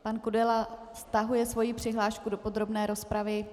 Pan Kudela stahuje svoji přihlášku do podrobné rozpravy.